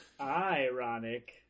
Ironic